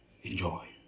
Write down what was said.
Enjoy